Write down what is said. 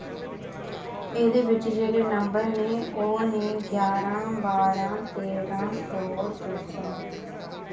एह्दे बिच जेह्ड़े नंबर न ओह् न ग्यारां बारां तेरां सौ दो सौ